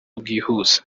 bwihuse